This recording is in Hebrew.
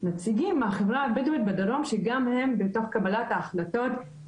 נציגים מהחברה הבדואית בדרום שגם הם בתוך קבלת ההחלטות.